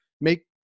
make